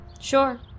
Sure